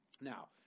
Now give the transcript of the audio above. Now